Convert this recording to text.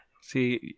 See